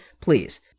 please